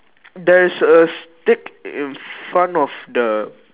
there's a stick in front of the